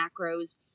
macros